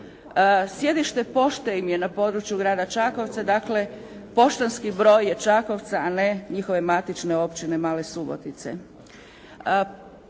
Sjedište pošte im je na području Grada Čakovca, dakle poštanski broj je Čakovca, a ne njihove matične Općine Male Subotice.